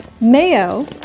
Mayo